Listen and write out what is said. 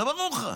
זה ברור לך.